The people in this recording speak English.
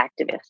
activists